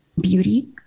beauty